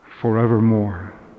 forevermore